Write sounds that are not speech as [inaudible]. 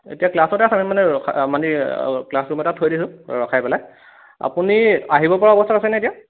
এতিয়া ক্লাছতে আছে আমি মানে [unintelligible] দেৰি ক্লাছ ৰুম এটাত থৈ দিছোঁ ৰখাই পেলাই আপুনি আহিব পৰা অৱস্থাত আছে নে এতিয়া